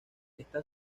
está